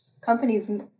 companies